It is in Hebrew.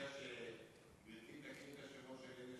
אני מציע שגברתי תקריא את השמות של אלה,